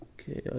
Okay